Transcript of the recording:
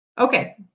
Okay